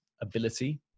ability